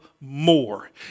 more